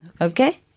Okay